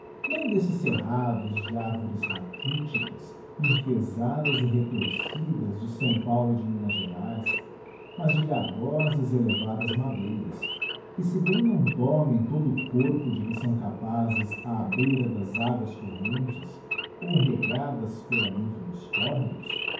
não desses cerrados de arvores rachiticas enfezadas e retorcidas de paulo e de minas geraes mas de garbosas e elevadas madeiras que se bem não tomem todo o corpo de que são capazes á beira das aguas correntes ou regadas pela lympha dos córregos